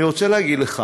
אני רוצה להגיד לך